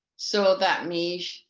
so that means